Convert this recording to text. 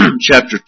chapter